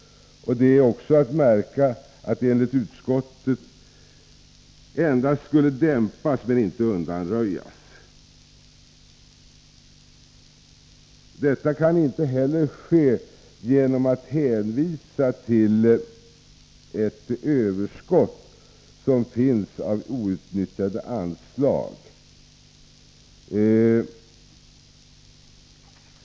Det är också att märka att de enligt utskottet endast skulle dämpas men inte undanröjas. Detta kan inte heller ske genom en hänvisning till ett överskott, som finns, av outnyttjade anslag.